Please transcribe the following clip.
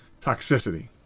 toxicity